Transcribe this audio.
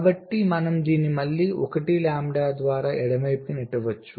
కాబట్టి మనం దీన్ని మళ్ళీ 1 లాంబ్డా ద్వారా ఎడమ వైపుకు నెట్టవచ్చు